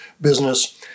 business